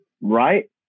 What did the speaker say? Right